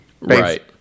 Right